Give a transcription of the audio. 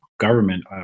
government